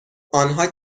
آنها